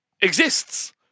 exists